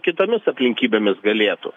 kitomis aplinkybėmis galėtų